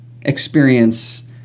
experience